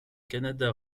canada